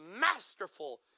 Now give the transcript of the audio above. masterful